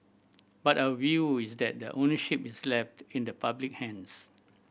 but our view is that the ownership is left in the public hands